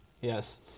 yes